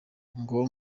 ngo